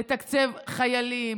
לתקצב חיילים,